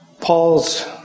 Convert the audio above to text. Paul's